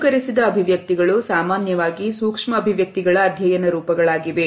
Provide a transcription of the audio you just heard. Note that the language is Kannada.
ಅನುಕರಿಸಿದ ಅಭಿವ್ಯಕ್ತಿಗಳು ಸಾಮಾನ್ಯವಾಗಿ ಸೂಕ್ಷ್ಮ ಅಭಿವ್ಯಕ್ತಿಗಳ ಅಧ್ಯಯನ ರೂಪಗಳಾಗಿವೆ